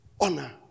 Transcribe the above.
Honor